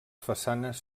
façanes